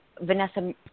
Vanessa